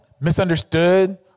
misunderstood